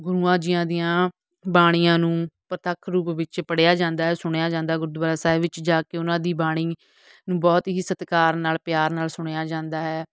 ਗੁਰੂਆਂ ਜੀਆਂ ਦੀਆਂ ਬਾਣੀਆਂ ਨੂੰ ਪ੍ਰਤੱਖ ਰੂਪ ਵਿੱਚ ਪੜ੍ਹਿਆ ਜਾਂਦਾ ਹੈ ਸੁਣਿਆ ਜਾਂਦਾ ਗੁਰਦੁਆਰਾ ਸਾਹਿਬ ਵਿੱਚ ਜਾ ਕੇ ਉਹਨਾਂ ਦੀ ਬਾਣੀ ਨੂੰ ਬਹੁਤ ਹੀ ਸਤਿਕਾਰ ਨਾਲ ਪਿਆਰ ਨਾਲ ਸੁਣਿਆ ਜਾਂਦਾ ਹੈ